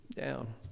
down